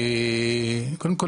קודם כל,